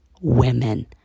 women